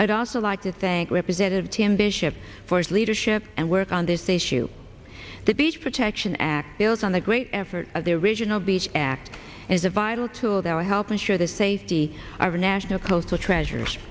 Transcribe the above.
i'd also like to thank representative jim bishop for his leadership and work on this issue the beach protection act built on the great effort of the original beach act is a vital tool that will help ensure the safety our national coastal treasures